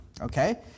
okay